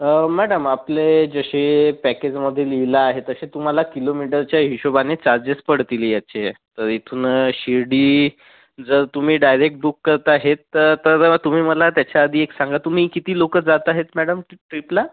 madam आपले जसे पॅकेजमध्ये लिहिलं आहे तसे तुम्हाला किलोमीटरच्या हिशोबाने चार्जेस पडतील ह्याचे तर इथून शिर्डी जर तुम्ही डायरेक्ट बुक करत आहात तर तर तुम्ही मला त्याच्याआधी एक सांगा तुम्ही किती लोकं जात आहेत मॅडम ट्री ट्रीपला